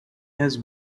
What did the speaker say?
has